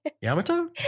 Yamato